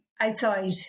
outside